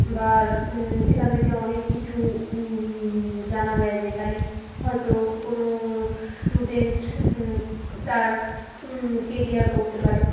বা সেখান থেকে অনেক কিছু জানা যায় যেখানে হয়তো কোনো স্টুডেন্ট তার কেরিয়ার করতে পারে